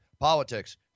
politics